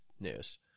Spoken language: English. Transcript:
news